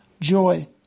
joy